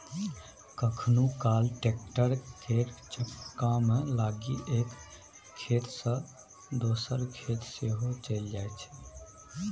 कखनहुँ काल टैक्टर केर चक्कामे लागि एक खेत सँ दोसर खेत सेहो चलि जाइ छै